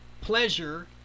pleasure